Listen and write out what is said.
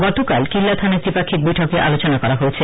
গতকাল কিল্লা থানায় ত্রিপাক্ষিক বৈঠকে আলোচনা করা হয়েছে